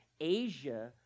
Asia